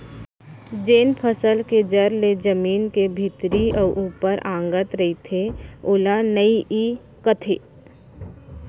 जेन फसल के जर ले जमीन के भीतरी अउ ऊपर अंगत रइथे ओला नइई कथें